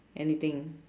anything